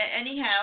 anyhow